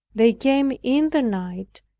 they came in the night,